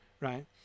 right